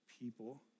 people